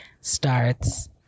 starts